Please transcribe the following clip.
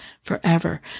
forever